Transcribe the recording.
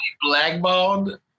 blackballed